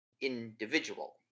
individual